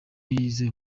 yizeye